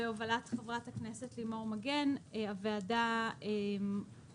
בהובלת חברת הכנסת לימור מגן, הוועדה בחרה